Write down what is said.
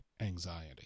anxiety